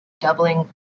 doubling